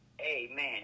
Amen